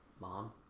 Mom